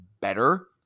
better